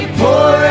pour